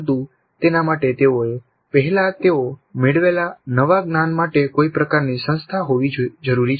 પરંતુ તેના માટે તેઓએ પહેલા તેઓ મેળવેલા નવા જ્ઞાન માટે કોઈ પ્રકારની સંસ્થા હોવી જરૂરી છે